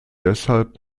deshalb